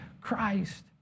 Christ